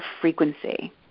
frequency